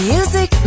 Music